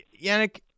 Yannick